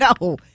No